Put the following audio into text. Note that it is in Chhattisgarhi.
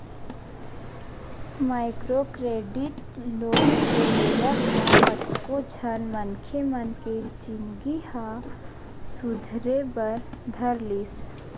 माइक्रो क्रेडिट लोन के लेवब म कतको झन मनखे मन के जिनगी ह सुधरे बर धर लिस